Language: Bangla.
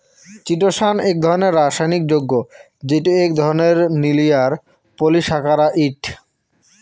চিটোসান এক রাসায়নিক যৌগ্য যেইটো এক ধরণের লিনিয়ার পলিসাকারাইড